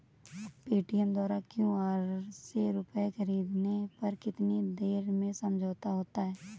Paytm द्वारा QR से रूपए ख़रीदने पर कितनी देर में समझौता होता है?